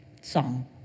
Song